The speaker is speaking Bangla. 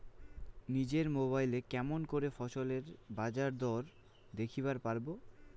নিজের মোবাইলে কেমন করে ফসলের বাজারদর দেখিবার পারবো?